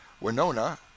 Winona